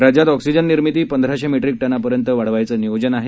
राज्यात ऑक्सिजन निर्मिती पंधराशे मेट्रीक टनांपर्यंत वाढवायचं नियोजन आहे